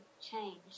Change